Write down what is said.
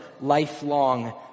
lifelong